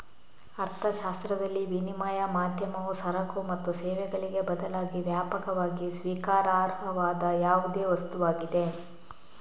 ಅರ್ಥಶಾಸ್ತ್ರದಲ್ಲಿ, ವಿನಿಮಯದ ಮಾಧ್ಯಮವು ಸರಕು ಮತ್ತು ಸೇವೆಗಳಿಗೆ ಬದಲಾಗಿ ವ್ಯಾಪಕವಾಗಿ ಸ್ವೀಕಾರಾರ್ಹವಾದ ಯಾವುದೇ ವಸ್ತುವಾಗಿದೆ